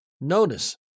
Notice